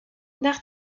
nach